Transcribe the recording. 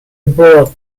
abroad